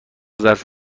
ظرف